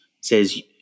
says